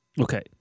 Okay